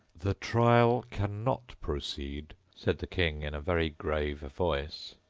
the trial cannot proceed said the king in a very grave voice,